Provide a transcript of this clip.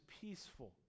peaceful